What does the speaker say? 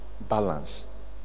balance